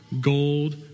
gold